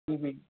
हम्म हम्म